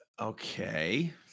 Okay